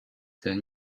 their